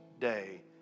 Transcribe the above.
day